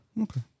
okay